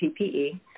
PPE